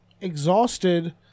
exhausted